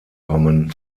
kommen